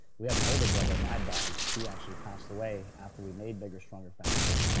we have an older brother, mad dog, he actually passed away after we made bigger stronger, faster,